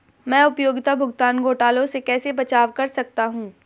मैं उपयोगिता भुगतान घोटालों से कैसे बचाव कर सकता हूँ?